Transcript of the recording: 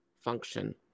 function